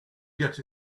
get